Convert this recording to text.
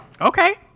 Okay